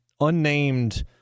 unnamed